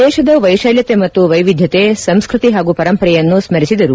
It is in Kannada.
ದೇಶದ ವೈಶಾಲ್ಯತೆ ಮತ್ತು ವೈವಿಧತೆ ಸಂಸ್ಕೃತಿ ಹಾಗೂ ಪರಂಪರೆಯನ್ನು ಸ್ಕರಿಸಿದರು